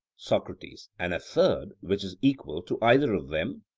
socrates and a third, which is equal to either of them?